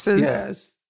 Yes